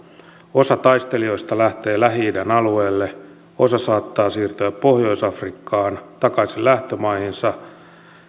osa taistelijoista lähtee lähi idän alueelle osa saattaa siirtyä takaisin pohjois afrikkaan lähtömaihinsa